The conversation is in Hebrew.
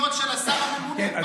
הסמכויות של השר הממונה, מה